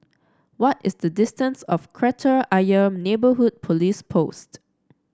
what is the distance of Kreta Ayer Neighbourhood Police Post